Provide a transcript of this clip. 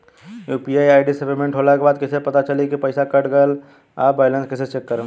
UPI ID से payment होला के बाद कइसे पता चली की पईसा कट गएल आ बैलेंस कइसे चेक करम?